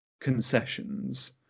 concessions